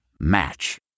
Match